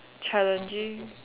challenging